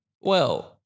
Well-